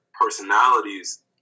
personalities